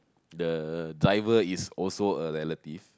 the driver is also a relative